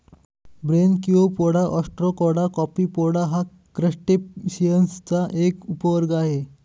Branchiopoda, Ostracoda, Copepoda हा क्रस्टेसिअन्सचा एक उपवर्ग आहे